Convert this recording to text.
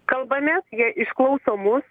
kalbamės jie išklauso mus